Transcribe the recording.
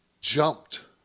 Jumped